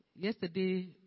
Yesterday